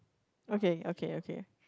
okay okay okay